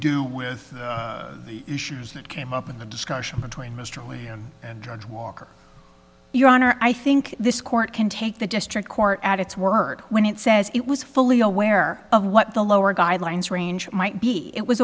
do with the issues that came up in the discussion between mr william and judge walker your honor i think this court can take the district court at its word when it says it was fully aware of what the lower guidelines range might be it was